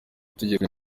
itegeko